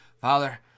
Father